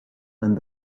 and